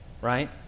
Right